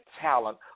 talent